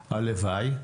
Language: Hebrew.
הלוואי.